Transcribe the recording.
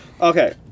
Okay